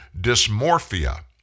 dysmorphia